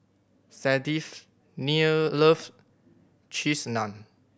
Sadies near loves Cheese Naan